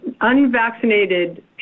unvaccinated